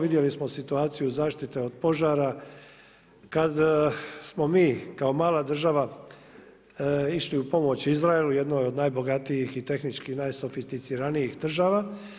Vidjeli smo situaciju zaštite od požara kad smo mi kao mala država išli u pomoć Izraelu, jednoj od najbogatijih i tehnički najsofisticiranijih država.